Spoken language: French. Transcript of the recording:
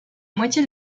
moitié